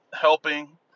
helping